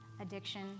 addiction